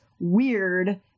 weird